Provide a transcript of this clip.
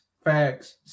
Facts